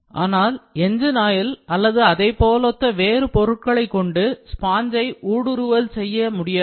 ஆனால் engine oil அல்லது அதை போலொத்த வேறு பொருட்களை கொண்டு ஸ்பாஞ்சை ஊடுருவல் செய்ய முடியாது